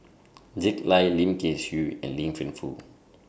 Jack Lai Lim Kay Siu and Liang Wenfu